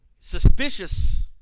suspicious